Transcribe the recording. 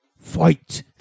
Fight